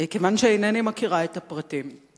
כיוון שאינני מכירה את הפרטים.